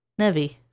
Nevi